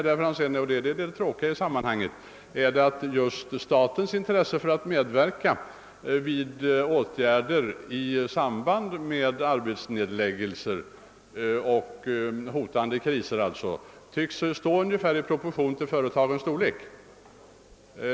Det tråkiga i sammanhanget är vidare, herr Franzén, att statens intresse för att medverka i detta läge genom att vidta åtgärder för att mildra verkningarna för dem som ställs utan arbete i samband med företagsnedläggelser tycks stå i proportion till företagens storlek.